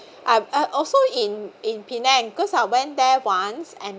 I'm also in in penang cause I went there once and